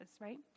right